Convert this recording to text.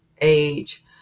age